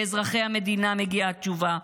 לאזרחי המדינה מגיעה תשובה.